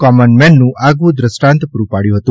common મેનનું આગવું દ્રષ્ટાંત પુરૂં પાડ્યું છે